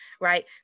Right